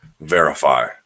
verify